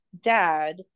dad